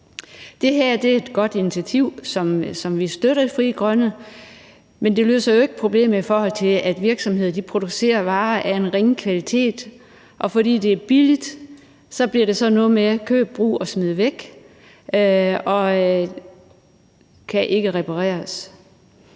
Det her er et godt initiativ, som vi støtter i Frie Grønne, men det løser jo ikke det problem, at virksomheder producerer varer af en ringe kvalitet, og fordi de er billige, bliver det sådan noget med køb, brug og smid væk, for de kan ikke repareres.